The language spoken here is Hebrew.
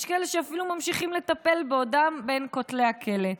יש כאלה שאפילו ממשיכים לטפל בעודם בין כותלי הכלא.